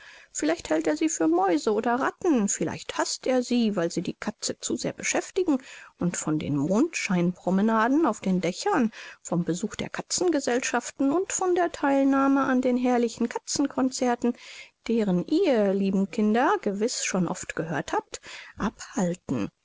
vielleicht hält er sie für mäuse oder ratten vielleicht haßt er sie weil sie die katzen zu sehr beschäftigen und von den mondscheinpromenaden auf den dächern vom besuch der katzengesellschaften und von der theilnahme an den herrlichen katzenconzerten deren ihr lieben kinder gewiß schon oft gehört habt abhalten